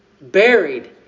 Buried